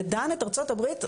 ודן את ארצות הברית,